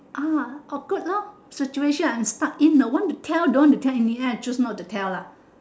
ah awkward lor situation I'm stuck in I want to tell don't want to tell in the end I choose not to tell lah